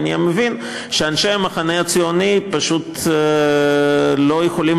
אני מבין שאנשי המחנה הציוני פשוט לא יכולים